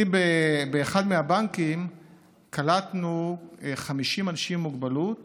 באחד הבנקים קלטנו 50 אנשים עם מוגבלות